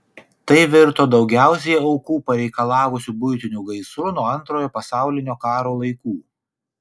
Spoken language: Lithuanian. tai virto daugiausiai aukų pareikalavusiu buitiniu gaisru nuo antrojo pasaulinio karo laikų